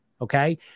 okay